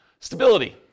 Stability